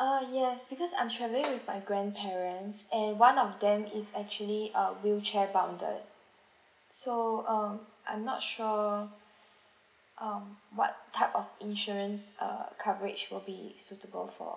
err yes because I'm travelling with my grandparents and one of them is actually uh wheelchair bounded so uh I'm not sure um what type of insurance uh coverage will be suitable for